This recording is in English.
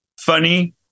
funny